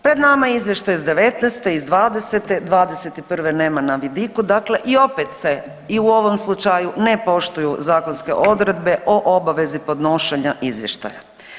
Pred nama je izvještaj iz '19., iz '20., '21. nema na vidiku, dakle i opet se i u ovom slučaju ne poštuju zakonske odredbe o obavezi podnošenja izvještaja.